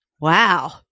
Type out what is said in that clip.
Wow